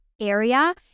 area